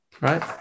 right